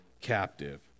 captive